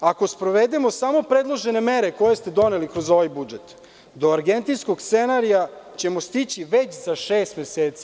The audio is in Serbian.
Ako sprovedemo samo predložene mere koje ste doneli kroz ovaj budžet, do argentinskog scenarija ćemo stići već za šest meseci.